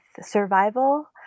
survival